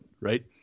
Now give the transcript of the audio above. Right